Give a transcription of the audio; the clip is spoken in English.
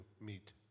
meet